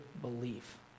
belief